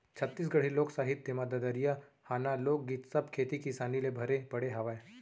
छत्तीसगढ़ी लोक साहित्य म ददरिया, हाना, लोकगीत सब खेती किसानी ले भरे पड़े हावय